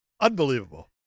Unbelievable